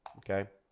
okay?